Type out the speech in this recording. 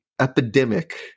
epidemic